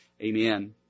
Amen